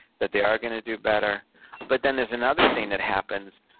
that they are gonna do better but then there's another thing that happens,